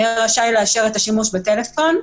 יהיה רשאי לאשר את השימוש בטלפון.